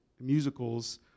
musicals